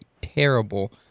terrible